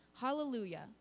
hallelujah